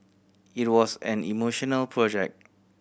it was an emotional project